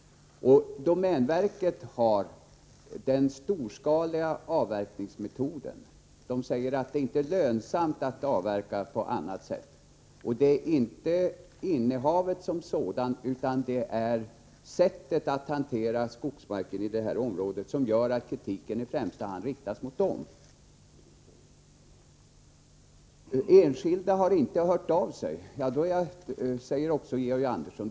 Domänverket tillämpar den storskaliga avverkningsmetoden. Det sägs att det inte är lönsamt att avverka på annat sätt. Det är inte innehavet som sådant utan sättet att hantera skogsmarker i detta område som gör att kritiken i första hand riktas mot domänverket. Enskilda har inte hört av sig, säger Georg Andersson vidare.